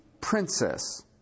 princess